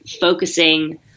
focusing